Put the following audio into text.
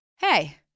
Hey